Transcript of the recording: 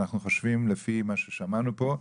אנחנו חושבים לפי מה ששמענו פה,